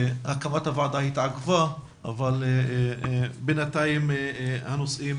הקמת הוועדה התעכבה אבל בינתיים הנושאים